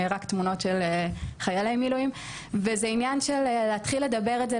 רק תמונות של חיילי מילואים וזה עניין של להתחיל לדבר את זה,